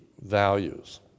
values